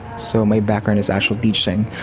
so my background is actually teaching,